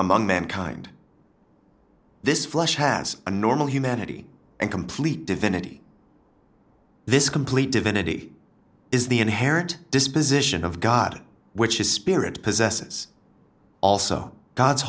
among mankind this flesh has a normal humanity and complete divinity this complete divinity is the inherent disposition of god which is spirit possesses also god's